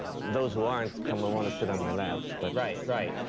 those who aren't come and want to sit on my lap. but right, right,